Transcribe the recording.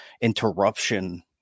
interruption